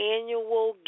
Annual